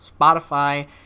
Spotify